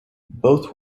both